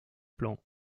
plan